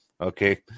okay